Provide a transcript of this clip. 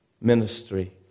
ministry